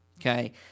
okay